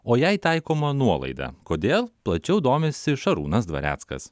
o jai taikoma nuolaida kodėl plačiau domisi šarūnas dvareckas